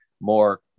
more